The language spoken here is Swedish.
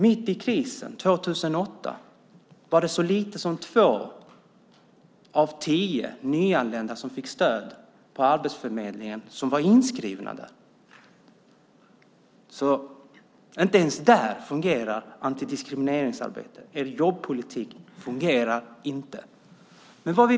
Mitt i krisen 2008 var det så lite som två av tio nyanlända som fick stöd på arbetsförmedlingen som var inskrivna där. Inte ens där fungerar antidiskrimineringsarbetet. Er jobbpolitik fungerar inte.